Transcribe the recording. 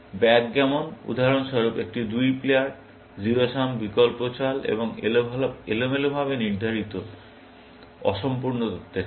backgammon উদাহরণস্বরূপ একটি দুই প্লেয়ার জিরো সাম বিকল্প চাল এবং এলোমেলোভাবে নির্ধারিত অসম্পূর্ণ তথ্যের খেলা